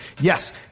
yes